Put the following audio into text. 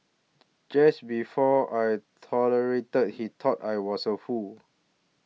just before I tolerated he thought I was a fool